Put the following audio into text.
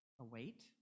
await